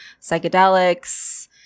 psychedelics